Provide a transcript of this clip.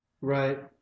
Right